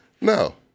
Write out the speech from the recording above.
no